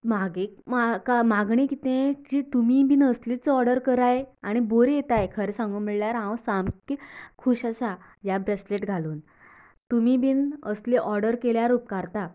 म्हागे म्हाका मागणी किते की तुमी बिन असलीच ओर्डर कराय आनी बरी येताय खरें सांगो म्हणल्यार हांव सामके खूश आसा ह्या ब्रेसलेट घालुन तुमी बिन असलें ओर्डर केल्यार उपकारता